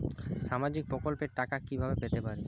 সামাজিক প্রকল্পের টাকা কিভাবে পেতে পারি?